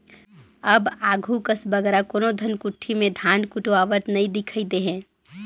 अब आघु कस बगरा कोनो धनकुट्टी में धान कुटवावत नी दिखई देहें